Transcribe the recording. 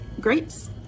grapes